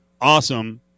awesome